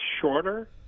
shorter